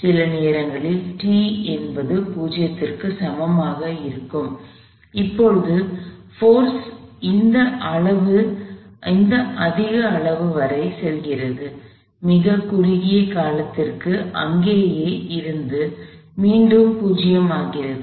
சில நேரங்களில் t என்பது 0 க்கு சமமாக இருக்கும் அப்போது போர்ஸ் இந்த அதிக அளவு வரை செல்கிறது மிகக் குறுகிய காலத்திற்கு அங்கேயே இருந்து மீண்டும் 0 ஆகிறது